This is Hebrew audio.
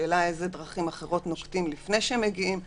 והשאלה איזה דרכים נוקטים לפני שמגיעים לזה.